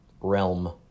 realm